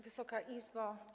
Wysoka Izbo!